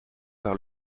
par